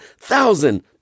thousand